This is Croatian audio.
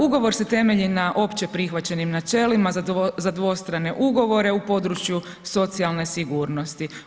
Ugovor se temelji na opće prihvaćenim načelima za dvostrane ugovore u području socijalne sigurnosti.